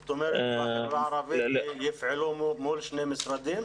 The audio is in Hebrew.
זאת אומרת, בחברה הערבית יפעלו מול שני משרדים?